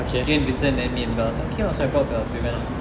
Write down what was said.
him and vincent then me and belle so okay so I brought belle so we went out